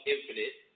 Infinite